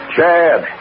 Chad